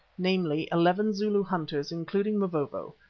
namely eleven zulu hunters including mavovo,